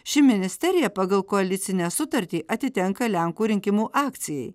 ši ministerija pagal koalicinę sutartį atitenka lenkų rinkimų akcijai